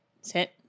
Sit